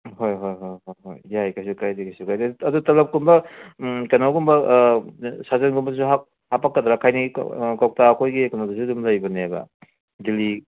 ꯍꯣꯏ ꯍꯣꯏ ꯍꯣꯏ ꯍꯣꯏ ꯍꯣꯏ ꯌꯥꯏ ꯀꯩꯁꯨ ꯀꯥꯏꯗꯦ ꯀꯩꯁꯨ ꯀꯥꯏꯗꯦ ꯑꯗꯨ ꯇꯂꯞꯀꯨꯝꯕ ꯀꯩꯅꯣꯒꯨꯝꯕ ꯁꯥꯖꯟꯒꯨꯝꯕꯁꯨ ꯍꯥꯄꯛꯀꯗ꯭ꯔ ꯈꯩꯅꯤ ꯀꯧꯇꯥ ꯑꯩꯈꯣꯏꯒꯤ ꯀꯩꯅꯣꯗꯨꯁꯨ ꯑꯗꯨꯝ ꯂꯩꯕꯅꯦꯕ ꯗꯤꯂꯤ